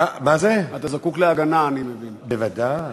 בוודאי.